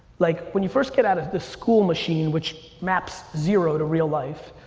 like when you first get out of the school machine which maps zero to real life,